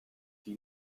die